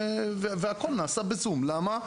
למה?